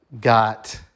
got